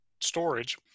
storage